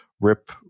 rip